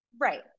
right